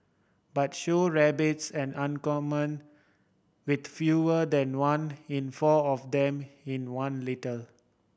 but show rabbits an uncommon with fewer than one in four of them in one litter